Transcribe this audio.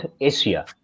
Asia